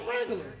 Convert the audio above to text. regular